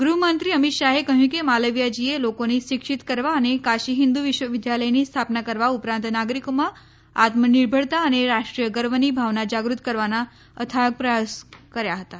ગૃહમંત્રી અમીત શાહે કહ્યું કે માલવીયાજીએ લોકોને શિક્ષિત કરવા અને કાશી હિન્દુ વિશ્વવિધાલયની સ્થાપના કરવા ઉપરાંત નાગરીકોમાં આત્મનિર્ભરતા અને રાષ્ટ્રીય ગર્વની ભાવના જાગૃત કરવાના અમારા પ્રયાસો કર્યા હતાં